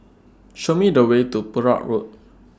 Show Me The Way to Perak Road